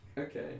Okay